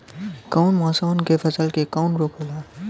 कवना मौसम मे फसल के कवन रोग होला?